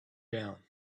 down